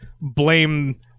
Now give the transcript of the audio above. blame